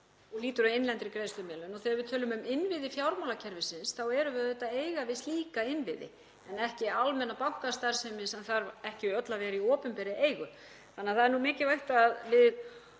og lýtur að innlendri greiðslumiðlun. Þegar við tölum um innviði fjármálakerfisins þá erum við auðvitað að eiga við slíka innviði en ekki almenna bankastarfsemi sem þarf ekki öll að vera í opinberri eigu. Þannig að það er mikilvægt að við